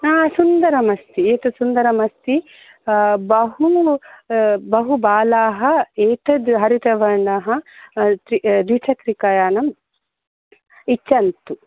हा सुन्दरमस्ति एतत् सुन्दरमस्ति बहु बहुबालाः एतत् हरितवर्णः त्रि द्विचक्रिकायानं इच्छन्ति